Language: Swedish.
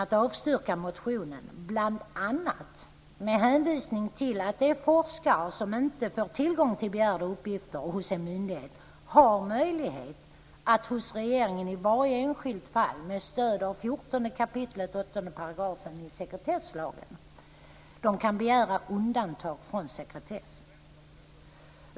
Den bedömningen har gjorts bl.a. med hänvisning till att de forskare som inte får tillgång till begärda uppgifter hos en möjlighet har möjlighet att hos regeringen i varje enskilt fall, med stöd av 14 kap. 8 § sekretesslagen, begära undantag från sekretessen.